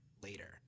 later